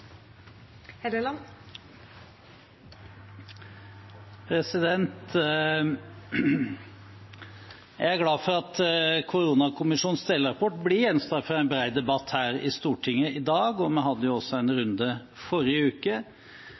glad for at koronakommisjonens delrapport blir gjenstand for en bred debatt her i Stortinget i dag. Vi hadde jo også en runde i forrige uke.